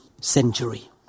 century